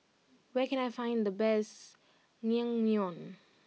where can I find the best Naengmyeon